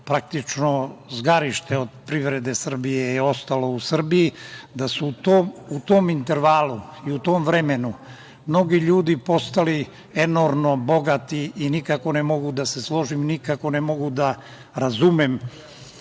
praktično zgarište od privrede Srbije je ostalo u Srbiji, da su u tom intervalu i u tom vremenu mnogi ljudi postali enormno bogati. Nikako ne mogu da se složim, nikako ne mogu da razumem